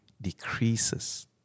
Decreases